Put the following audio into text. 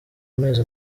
amezi